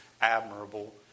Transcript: admirable